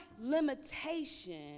limitation